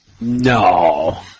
No